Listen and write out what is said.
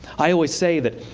i always say that,